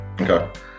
Okay